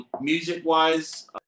Music-wise